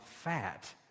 fat